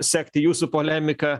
sekti jūsų polemiką